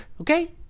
okay